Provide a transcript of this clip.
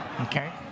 Okay